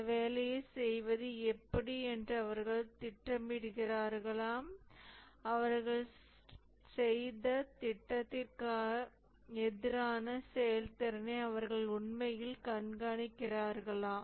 அந்த வேலையைச் செய்வது எப்படி என்று அவர்கள் திட்டமிடுகிறார்களா அவர்கள் செய்த திட்டத்திற்கு எதிரான செயல்திறனை அவர்கள் உண்மையிலேயே கண்காணிக்கிறார்களா